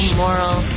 moral